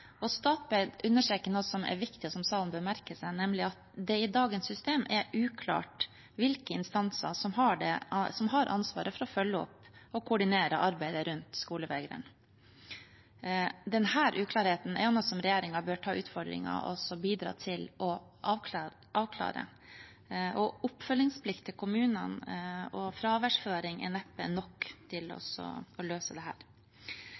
Statped understreker noe som er viktig, og som salen bør merke seg, nemlig at det i dagens system er uklart hvilke instanser som har ansvaret for å følge opp og koordinere arbeidet rundt skolevegring. Denne uklarheten er noe regjeringen bør ta utfordringen med å bidra til å avklare. Oppfølgingsplikt til kommunene og fraværsføring er neppe nok for å løse